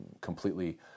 completely